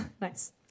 Nice